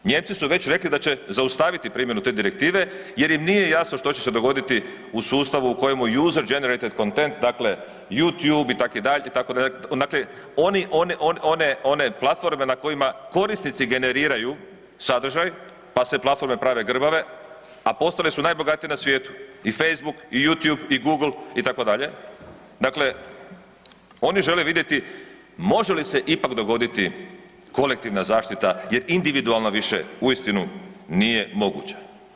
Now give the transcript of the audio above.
Nijemci su već rekli da će zaustaviti primjenu te direktive jer im nije jasno što će se dogoditi u sustavu u kojem User Generated Content dakle Youtube itd. dakle one platforme na kojima korisnici generiraju sadržaj, pa se platforme prave grbove, a postale su najbogatije X na svijetu i Facebook i Youtube i Google itd., dakle oni žele vidjeti može li se ipak dogoditi kolektivna zaštita jer individualna više uistinu nije moguća.